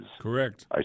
Correct